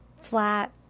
flat